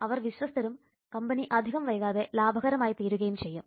അവർ വിശ്വസ്തരും കമ്പനി അധികം വൈകാതെ ലാഭകരമായി തീരുകയും ചെയ്യും